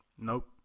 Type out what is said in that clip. nope